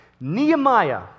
Nehemiah